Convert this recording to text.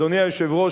אדוני היושב-ראש,